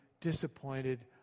disappointed